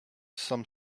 some